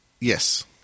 Yes